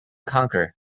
conquer